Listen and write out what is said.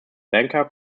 banker